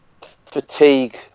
fatigue